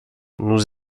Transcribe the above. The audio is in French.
nous